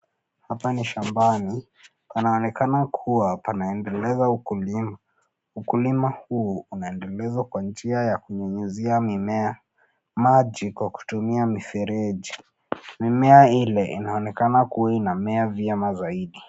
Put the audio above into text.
Hapa ni shambani. Panaonekana kuwa panaendeleza ukulima. Ukulima huu unaendelezwa kwa njia ya kunyunyizia mimea maji kwa kutumia mifereji. Mimea ile inaonekana kuwa inamea vyema zaidi.